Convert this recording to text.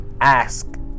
ask